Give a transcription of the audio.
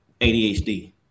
ADHD